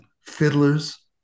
fiddlers